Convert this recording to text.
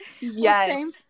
yes